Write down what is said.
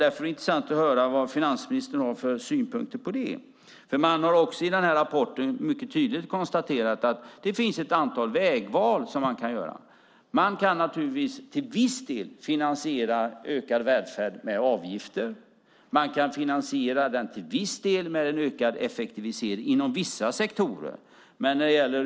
Därför är det intressant att höra finansministerns synpunkter på detta. I rapporten konstaterar man att det finns ett antal vägval som man kan göra. Man kan naturligtvis till viss del finansiera ökad välfärd med avgifter. Inom vissa sektorer kan man delvis finansiera den med en ökad effektivisering.